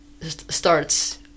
starts